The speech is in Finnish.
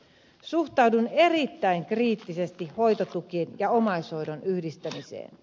suhtaudun erittäin kriittisesti hoitotukien ja omaishoidon yhdistämiseen